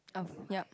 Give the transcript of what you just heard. I've ya